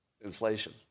inflation